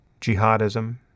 jihadism